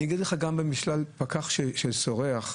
פקח שסורח,